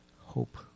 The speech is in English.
hope